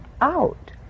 out